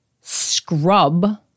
scrub